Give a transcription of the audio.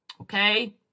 okay